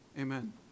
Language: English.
Amen